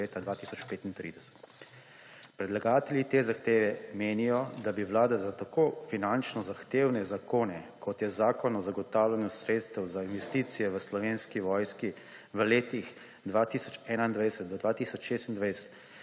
Predlagatelji te zahteve menijo, da bi Vlada za tako finančno zahtevne zakone, kot je Zakon o zagotavljanju sredstev za investicije v Slovenski vojski v letih 2021‒2026,